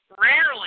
rarely